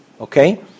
okay